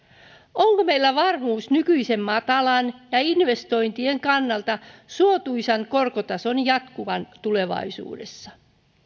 onko meillä varmuus nykyisen matalan ja investointien kannalta suotuisan korkotason jatkumiseen tulevaisuudessa